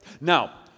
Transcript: Now